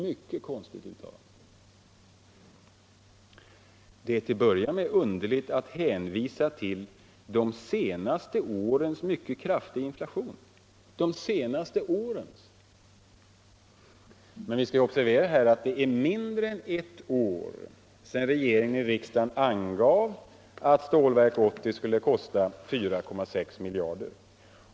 Det är för det första underligt att hänvisa till ”de senaste årens mycket kraftiga inflation” De senaste årens? Man skall här observera att det är mindre än ett år sedan regeringen i riksdagen angav att Stålverk 80 skulle kosta 4,6 miljarder.